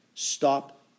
stop